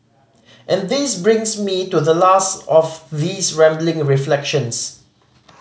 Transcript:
and this brings me to the last of these rambling reflections